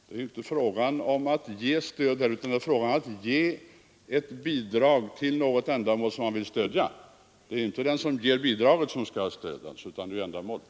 Det är inte fråga om att ge stöd, utan det är fråga om att ge ett bidrag till ett ändamål som man vill stödja. Det är inte den som ger bidraget som skall ha stöd, utan det är ändamålet.